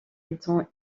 étant